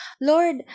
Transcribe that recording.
lord